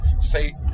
say